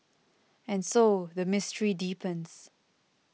and so the mystery deepens